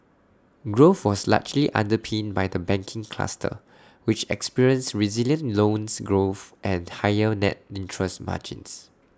growth was largely underpinned by the banking cluster which experienced resilient loans growth and higher net interest margins